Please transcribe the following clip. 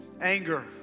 anger